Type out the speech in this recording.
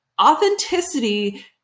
authenticity